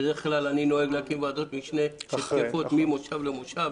בדרך כלל אני נוהג להקים ועדות משנה ממושב למושב,